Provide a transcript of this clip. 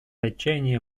отчаяние